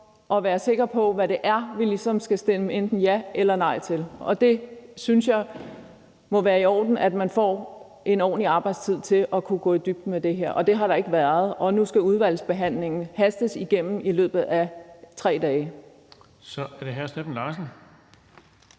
at være sikre på, hvad det er, vi ligesom skal stemme enten ja eller nej til. Det synes jeg må være i orden, altså at man har en ordentlig arbejdstid til at kunne gå i dybden med det her, og det har der ikke været, og nu skal udvalgsbehandlingen hastes igennem i løbet af 3 dage. Kl. 19:42 Den fg. formand